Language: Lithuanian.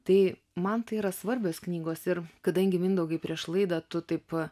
tai man tai yra svarbios knygos ir kadangi mindaugai prieš laidą tu taip